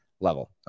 level